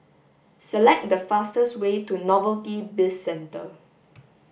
select the fastest way to Novelty Bizcentre